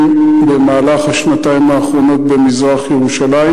במשטרה במהלך השנתיים האחרונות במזרח-ירושלים?